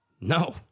No